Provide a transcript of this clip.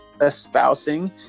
espousing